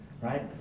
right